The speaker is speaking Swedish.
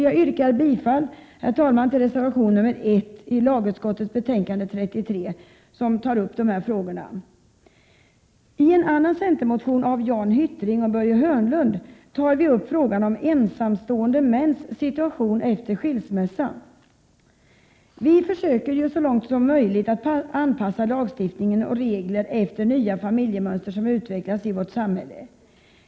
Jag yrkar bifall till reservation 1 i lagutskottets betänkande 33 där dessa frågor tas upp. I en annan centermotion av Jan Hyttring och Börje Hörnlund tas frågan om ensamstående mäns situation efter skilsmässa upp. Vi försöker ju så långt som möjligt att anpassa lagstiftning och regler efter nya familjemönster som utvecklas i vårt samhälle.